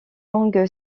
longue